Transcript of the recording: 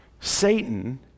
Satan